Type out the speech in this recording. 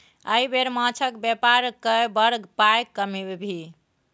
एहि बेर माछक बेपार कए बड़ पाय कमबिही